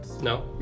no